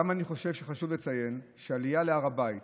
אני גם חושב שחשוב לציין שעליה להר הבית